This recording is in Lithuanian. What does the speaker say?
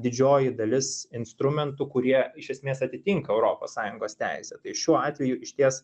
didžioji dalis instrumentų kurie iš esmės atitinka europos sąjungos teisę tai šiuo atveju išties